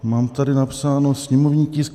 Mám tady napsáno sněmovní tisk 731...